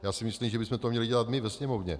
Já si myslím, že bychom to měli dělat my ve Sněmovně.